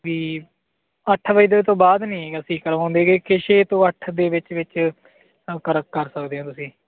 ਵੀ ਅੱਠ ਵਜੇ ਤੱਕ ਤੋਂ ਬਾਅਦ ਨਹੀਂ ਅਸੀਂ ਕਰਵਾਉਂਦੇ ਗੇ ਕਿ ਛੇ ਤੋਂ ਅੱਠ ਦੇ ਵਿੱਚ ਵਿੱਚ ਕਰ ਕਰ ਸਕਦੇ ਆ ਤੁਸੀਂ